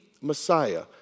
Messiah